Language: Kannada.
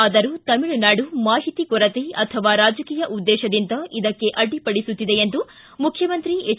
ಆದರೂ ತಮಿಳುನಾಡು ಮಾಹಿತಿ ಕೊರತೆ ಅಥವಾ ರಾಜಕೀಯ ಉದ್ದೇಶದಿಂದ ಇದಕ್ಕೆ ಅಡ್ಡಿಪಡಿಸುತ್ತಿದೆ ಎಂದು ಮುಖ್ಚಮಂತ್ರಿ ಎಚ್